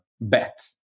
bet